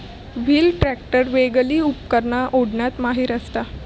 wheel tractor वेगली उपकरणा ओढण्यात माहिर असता